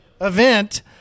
event